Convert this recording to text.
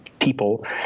people